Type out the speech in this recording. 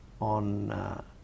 on